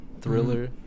thriller